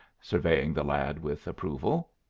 surveying the lad with approval.